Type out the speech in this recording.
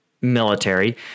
military